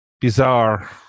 bizarre